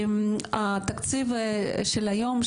התקציב של היום,